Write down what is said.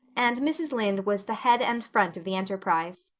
and mrs. lynde was the head and front of the enterprise.